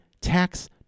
tax